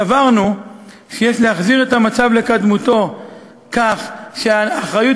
סברנו שיש להחזיר את המצב לקדמותו כך שהאחריות